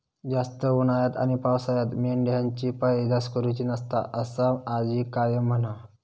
जास्त उन्हाळ्यात आणि पावसाळ्यात मेंढ्यांची पैदास करुची नसता, असा आजी कायम म्हणा